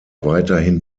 weiterhin